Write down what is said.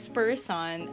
person